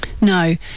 No